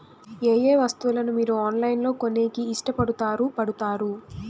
ఏయే వస్తువులను మీరు ఆన్లైన్ లో కొనేకి ఇష్టపడుతారు పడుతారు?